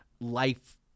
life